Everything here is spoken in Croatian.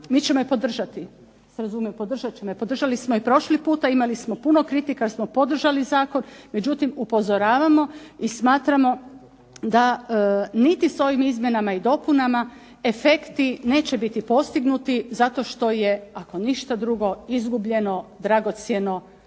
mi ćemo je podržati da se razumijemo. Podržat ćemo je i podržali smo i prošli puta. Imali smo puno kritika jer smo podržali zakon, međutim upozoravamo i smatramo da niti s ovim izmjenama i dopunama efekti neće biti postignuti zato što je ako ništa drugo izgubljeno dragocjeno